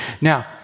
now